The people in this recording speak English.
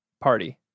party